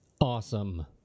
Awesome